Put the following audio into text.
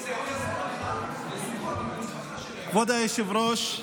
כבוד היושב-ראש,